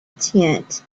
tent